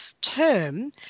term